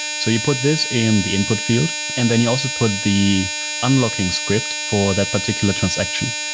so you put this in the input field and then he also put the unlocking script for that particular transaction.